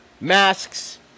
Masks